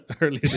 earlier